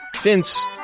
Vince